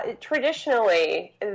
Traditionally